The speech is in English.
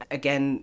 again